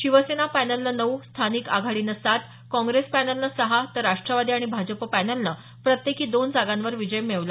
शिवसेना पॅनलनं नऊ स्थानिक आघाडीनं सात काँग्रेस पँनलनं सहा तर राष्ट्रवादी आणि भाजप पॅनलनं प्रत्येकी दोन जागांवर विजय मिळवला